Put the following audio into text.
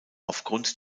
aufgrund